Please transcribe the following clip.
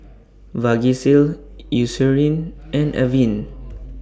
Vagisil Eucerin and Avene